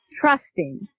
Trusting